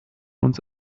uns